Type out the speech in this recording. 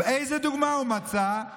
איזו דוגמה הוא מצא?